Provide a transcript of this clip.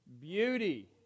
Beauty